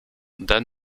dan